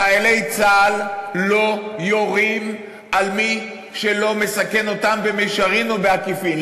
חיילי צה"ל לא יורים על מי שלא מסכן אותם במישרין או בעקיפין.